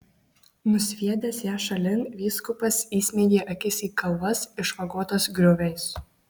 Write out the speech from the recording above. nusviedęs ją šalin vyskupas įsmeigė akis į kalvas išvagotas grioviais